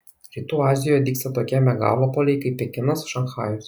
rytų azijoje dygsta tokie megalopoliai kaip pekinas šanchajus